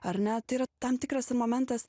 ar ne yra tam tikras ir momentas